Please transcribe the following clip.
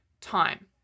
time